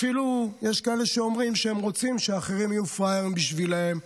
אפילו יש כאלה שאומרים שהם רוצים שאחרים יהיו פראיירים בשבילם.